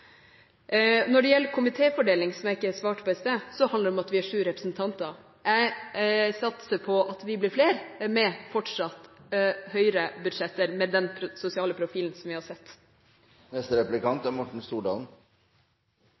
Når det gjelder komitéfordeling, som jeg ikke svarte på i sted, handler det om at vi er sju representanter. Jeg satser på at vi blir flere med fortsatte høyrebudsjetter med den sosiale profilen som vi har sett.